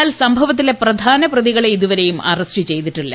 എന്നാൽ സംഭവത്തിലെ പ്രധാന പ്രതികളെ ഇതുവരെയും അറസ്റ്റ് ചെയ്തിട്ടില്ല